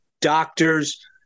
doctors